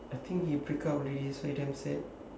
I think he break up already so he damn sad